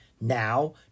Now